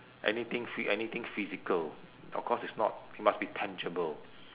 anything phy~ anything physical of course it's not it must be tangible